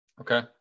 Okay